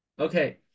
Okay